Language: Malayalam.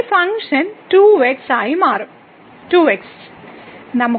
ഈ ഫംഗ്ഷൻ 2x ആയി മാറും 2x